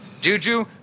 Juju